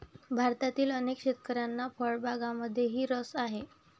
भारतातील अनेक शेतकऱ्यांना फळबागांमध्येही रस आहे